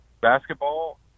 basketball